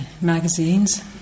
magazines